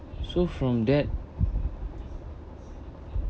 so from that